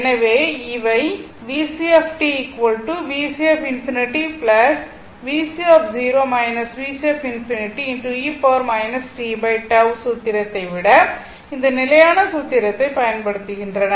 எனவே இவை சூத்திரத்தை விட இந்த நிலையான சூத்திரத்தைப் பயன்படுத்துகின்றன